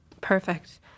Perfect